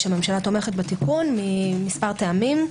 שהממשלה תומכת בתיקון ממספר טעמים.